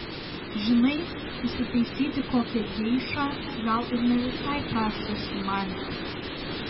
žinai įsitaisyti kokią geišą gal ir ne visai prastas sumanymas